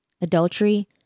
Adultery